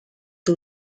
two